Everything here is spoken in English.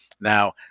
Now